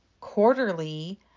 quarterly